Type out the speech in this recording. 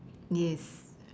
yes